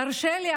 תרשה לי,